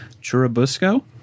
Churubusco